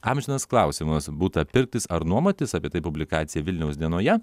amžinas klausimas butą pirktis ar nuomotis apie tai publikacija vilniaus dienoje